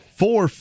four